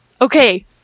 Okay